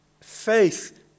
faith